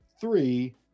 three